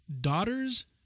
daughter's